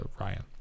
Ryan